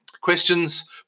questions